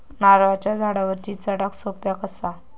नारळाच्या झाडावरती चडाक सोप्या कसा?